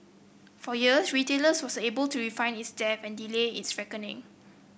for years retailers was able to refinance its debt and delay is reckoning